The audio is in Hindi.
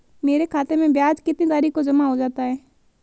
मेरे खाते में ब्याज कितनी तारीख को जमा हो जाता है?